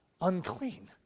unclean